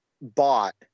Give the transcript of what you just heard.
bought